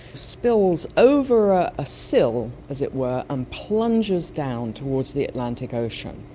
spills over a ah sill, as it were, and plunges down towards the atlantic ocean.